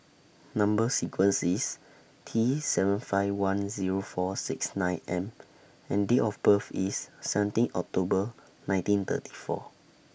Number sequence IS T seven five one Zero four six nine M and Date of birth IS seventeen October nineteen thirty four